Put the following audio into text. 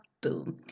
Boom